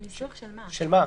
בניסוח של מה?